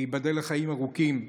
ייבדל לחיים ארוכים.